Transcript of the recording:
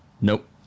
Nope